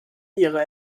ihrer